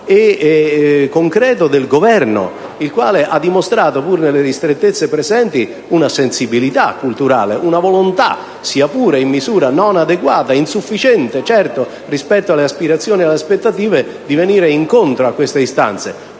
concreto del Governo, che ha dimostrato, pur nelle ristrettezze presenti, una sensibilità culturale ed una volontà, sia pure in misura non adeguata e certamente insufficiente, rispetto alle aspirazioni e alle aspettative di venire incontro a quelle istanze.